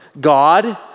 God